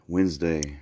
Wednesday